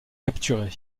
capturé